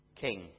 king